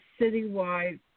citywide